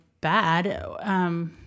bad